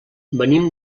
venim